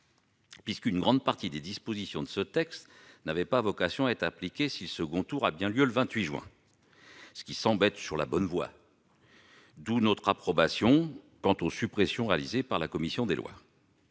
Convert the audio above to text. puisqu'une grande partie des dispositions de ce texte n'avaient pas vocation à être appliquées si le second tour a bien lieu le 28 juin, ce qui semble être en bonne voie, d'où notre approbation quant aux suppressions décidées par la commission des lois.